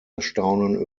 erstaunen